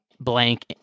blank